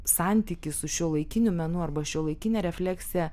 santykį su šiuolaikiniu menu arba šiuolaikine refleksija